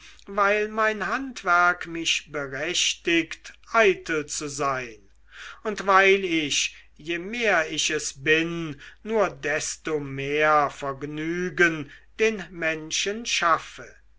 weil mein handwerk mich berechtigt eitel zu sein und weil ich je mehr ich es bin nur desto mehr vergnügen den menschen schaffe